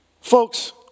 Folks